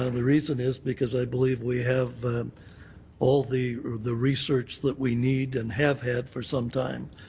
ah the reason is because i believe we have all the the research that we need and have had for some time.